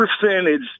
percentage